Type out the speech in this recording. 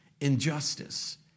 injustice